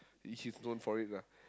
it's he's known for it lah